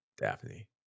Daphne